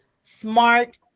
smart